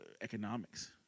economics